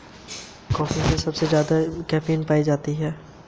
मुझे कैसे पता चलेगा कि मैं ऋण के लिए आवेदन करने के योग्य हूँ?